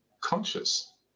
conscious